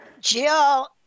Jill